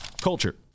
Culture